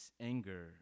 anger